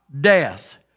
death